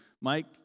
Mike